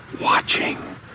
watching